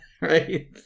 right